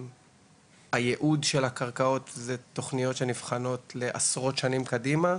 היעוד של הקרקעות אלו תוכניות שנבחנות לעשרות שנים קדימה.